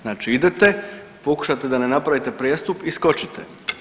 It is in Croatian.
Znači idete pokušavate da ne napravite prijestup i skočite.